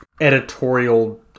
editorial